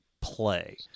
play